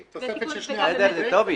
2. ומוחק את פסקה 2. כל פסקה 2 נמחקת.